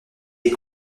des